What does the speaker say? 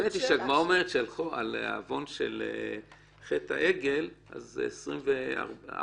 האמת היא שהגמרא אומרת שעל עוון של חטא העגל 24 דורות,